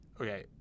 Okay